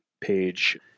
page